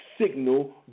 signal